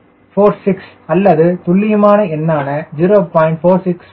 46 அல்லது துல்லியமான எண்ணான 0